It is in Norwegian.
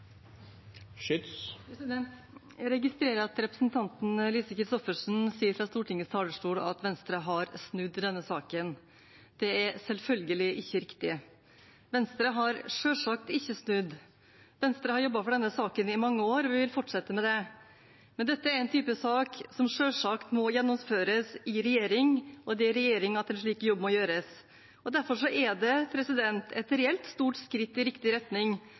Lise Christoffersen sier fra Stortingets talerstol at Venstre har snudd i denne saken. Det er selvfølgelig ikke riktig. Venstre har selvsagt ikke snudd. Venstre har jobbet for denne saken i mange år, og vi vil fortsette med det. Men dette er en type sak som selvsagt må gjennomføres i regjering. Det er i regjeringen en slik jobb må gjøres. Derfor er det et reelt stort skritt i riktig retning